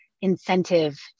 incentive